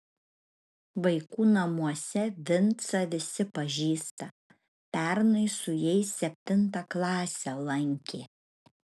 vaikų namuose vincą visi pažįsta pernai su jais septintą klasę lankė